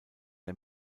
der